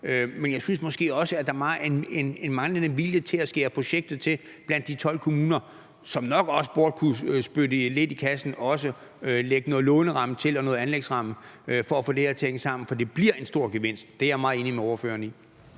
Men jeg synes måske også, at der er en manglende vilje til at skære projektet til blandt de 12 kommuner, som nok også burde kunne spytte lidt i kassen og også lægge en låneramme og en anlægsramme til for at få det her til at hænge sammen. For det bliver en stor gevinst. Det er jeg meget enig med ordføreren i.